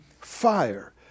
fire